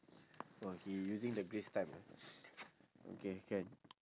!wah! he using the grace time ah okay can